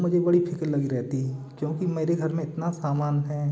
तब मुझे बड़ी फिक्र लगी रहती क्योंकि मेरे घर में इतना सामान है